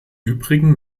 übrigen